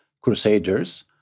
Crusaders